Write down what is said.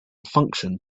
function